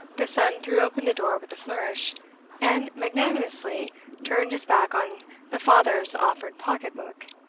the son threw open the door with a flourish and magnanimously turned his back on the father's offered pocket-book.